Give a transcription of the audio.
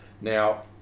Now